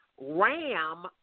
ram